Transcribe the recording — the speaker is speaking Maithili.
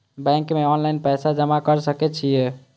बैंक में ऑनलाईन पैसा जमा कर सके छीये?